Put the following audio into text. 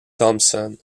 thompson